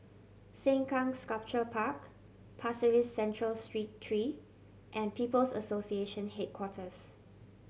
Sengkang Sculpture Park Pasir Ris Central Street three and People's Association Headquarters